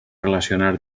relacionar